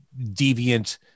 deviant